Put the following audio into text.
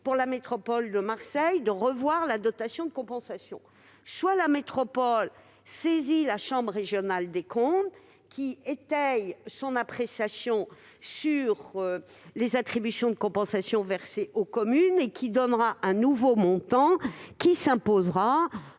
pour la métropole de Marseille de revoir l'attribution de compensation. La métropole pourra notamment saisir la chambre régionale des comptes, qui étaye son appréciation sur les attributions de compensation versées aux communes et fixera un nouveau montant qui s'imposera,